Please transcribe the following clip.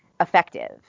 effective